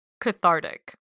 cathartic